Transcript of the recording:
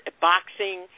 boxing